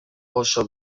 oso